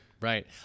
right